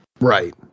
Right